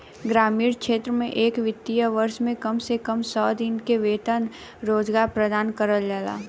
ग्रामीण क्षेत्र में एक वित्तीय वर्ष में कम से कम सौ दिन क वेतन रोजगार प्रदान करल जाला